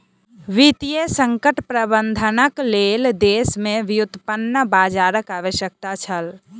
वित्तीय संकट प्रबंधनक लेल देश में व्युत्पन्न बजारक आवश्यकता छल